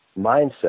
mindset